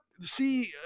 see